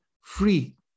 free